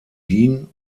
wien